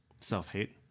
Self-hate